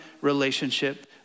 relationship